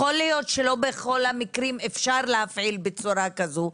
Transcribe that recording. יכול להיות שלא בכל המקרים אפשר להפעיל בצורה כזו,